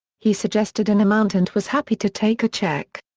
he suggested an amount and was happy to take a check.